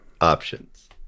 options